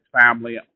family